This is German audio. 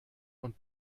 und